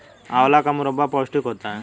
आंवला का मुरब्बा पौष्टिक होता है